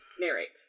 narrates